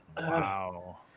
Wow